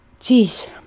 Jeez